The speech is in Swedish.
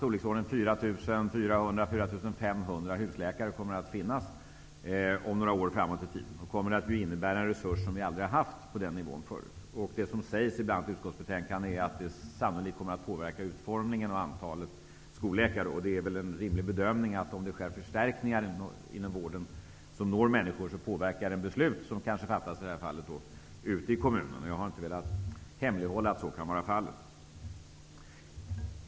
Omkring 4 500 husläkare kommer om några år att finnas, och de kommer att innebära en resurs som vi förut aldrig har haft på den nivån. I utskottsbetänkandet sägs att detta sannolikt kommer att påverka antalet skolläkare. Det är väl en rimlig bedömning att förstärkningar inom vården som når människor påverkar beslut som fattas exempelvis ute i kommunerna. Jag har inte velat hemlighålla att så kan vara fallet.